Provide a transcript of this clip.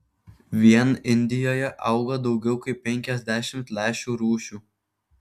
vien indijoje auga daugiau kaip penkiasdešimt lęšių rūšių